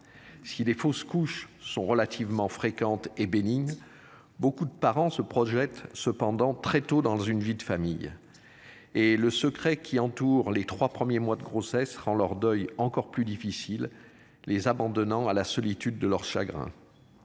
Si les fausses couches sont relativement fréquentes et bénignes. Beaucoup de parents se projette cependant très tôt dans une vie de famille. Et le secret qui entoure les 3 premiers mois de grossesse rend leur deuil encore plus difficile les abandonnant à la solitude de leur chagrin.